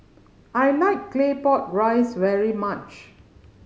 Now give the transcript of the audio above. I like Claypot Rice very much